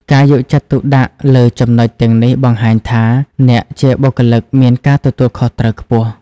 ការយកចិត្តទុកដាក់លើចំណុចទាំងនេះបង្ហាញថា អ្នកជាបុគ្គលិកមានការទទួលខុសត្រូវខ្ពស់។